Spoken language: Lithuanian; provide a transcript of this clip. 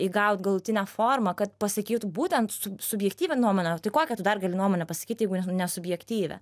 įgaut galutinę formą kad pasakytų būtent subjektyvią nuomonę tai kokią tu dar gali nuomonę pasakyt jeigu ne subjektyvią